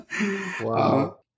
Wow